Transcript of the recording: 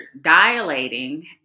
dilating